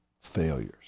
failures